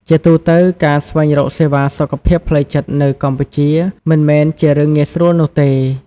ជាទូទៅ ការស្វែងរកសេវាសុខភាពផ្លូវចិត្តនៅកម្ពុជាមិនមែនជារឿងងាយស្រួលនោះទេ។